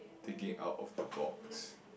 thinking out of the box